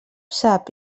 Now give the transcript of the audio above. sap